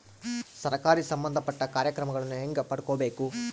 ಸರಕಾರಿ ಸಂಬಂಧಪಟ್ಟ ಕಾರ್ಯಕ್ರಮಗಳನ್ನು ಹೆಂಗ ಪಡ್ಕೊಬೇಕು?